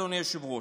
אדוני היושב-ראש?